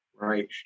Right